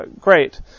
great